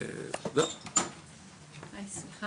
אתאר את